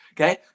Okay